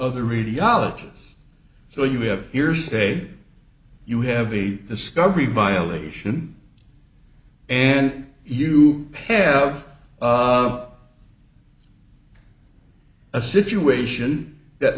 other radiologists so you have hearsay you have a discovery violation and you have a situation that